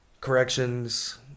corrections